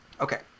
Okay